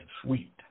sweet